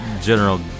general